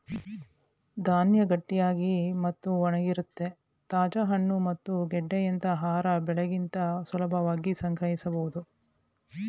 ಧಾನ್ಯ ಗಟ್ಟಿಯಾಗಿ ಮತ್ತು ಒಣಗಿರುತ್ವೆ ತಾಜಾ ಹಣ್ಣು ಮತ್ತು ಗೆಡ್ಡೆಯಂತ ಆಹಾರ ಬೆಳೆಗಿಂತ ಸುಲಭವಾಗಿ ಸಂಗ್ರಹಿಸ್ಬೋದು